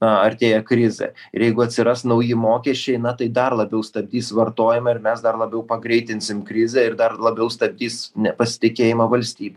artėja krizė ir jeigu atsiras nauji mokesčiai na tai dar labiau stabdys vartojimą ir mes dar labiau pagreitinsim krizę ir dar labiau stabdys nepasitikėjimą valstybe